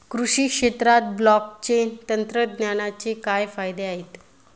कृषी क्षेत्रात ब्लॉकचेन तंत्रज्ञानाचे काय फायदे आहेत?